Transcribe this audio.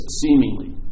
seemingly